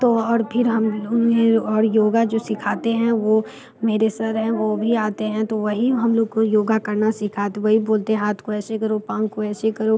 तो और फिर हम ये और योग जो सीखाते हैं वो मेरे सर हैं वो भी आते हैं तो वही हम लोग को योग करना सीखाते वही बोलते हैं हाथ को ऐसे करो पाँव को ऐसे करो